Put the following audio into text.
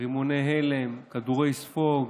רימוני הלם, כדורי ספוג,